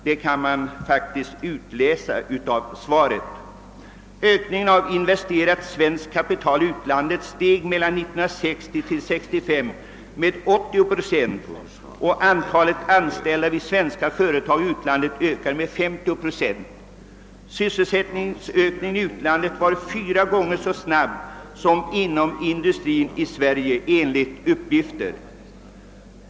Det kan man faktiskt utläsa av svaret. Ökningen av investerat svenskt kapital i utlandet steg mellan 1960 och 1965 med 80 procent och antalet anställda i svenska företag i utlandet ökade med 50 procent. Sysselsättningsökningen i utlandet var enligt uppgift fyra gånger så snabb som inom industrin i Sverige.